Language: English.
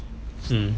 hmm